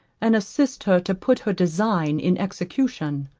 and assist her to put her design in execution.